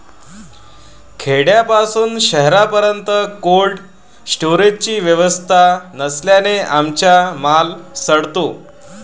खेड्यापासून शहरापर्यंत कोल्ड स्टोरेजची व्यवस्था नसल्याने आमचा माल सडतो